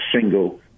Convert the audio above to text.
single